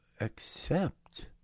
accept